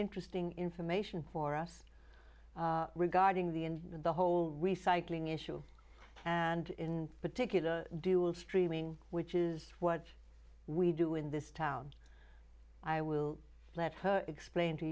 interesting information for us regarding the end of the whole recycling issue and in particular dual streaming which is what we do in this town i will let her explain to